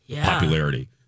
popularity